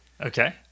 Okay